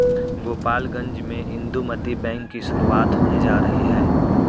गोपालगंज में इंदुमती बैंक की शुरुआत होने जा रही है